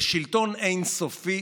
לשלטון אין-סופי,